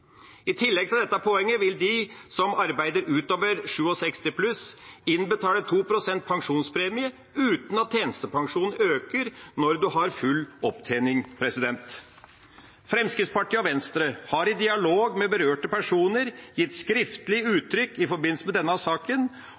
I tillegg til dette poenget vil de som arbeider utover 67 år, betale inn 2 pst. pensjonspremie uten at tjenestepensjonen øker når en har full opptjening. Fremskrittspartiet og Venstre har – i forbindelse med denne saken – i dialog med berørte personer gitt skriftlig uttrykk for at de er enig i